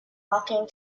walking